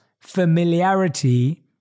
familiarity